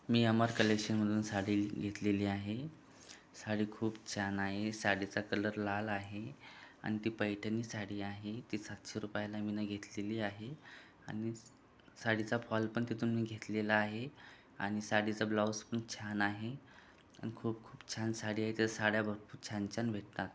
मी अमर कलेक्शनमधून साडी घेतलेली आहे साडी खूप छान आहे साडीचा कलर लाल आहे आणि ती पैठणी साडी आहे ती सातशे रुपयाला मी घेतलेली आहे आणि साडीचा फॉल पण तिथून मी घेतलेला आहे आणि साडीचा ब्लाउज पण छान आहे आणि खूप खूप छान साड्या इथे साड्या भरपूर छान छान भेटतात